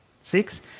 six